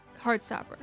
Heartstopper